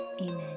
Amen